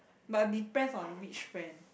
but depends on which friend